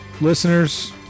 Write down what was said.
listeners